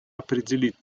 определить